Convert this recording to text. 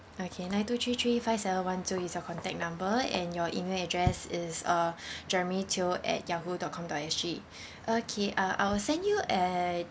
okay nine two three three five seven one two is your contact number and your email address is uh jeremy teo at yahoo dot com dot S_G okay uh I will send you a